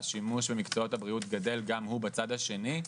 והשימוש במקצועות הבריאות גדל גם הוא בצד השני,